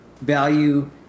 value